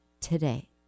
today